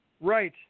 Right